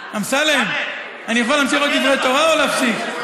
אמסלם, אני יכול להמשיך בדברי תורה או להפסיק?